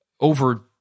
over